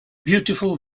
beautiful